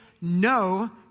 no